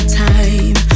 time